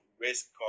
risk